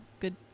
Good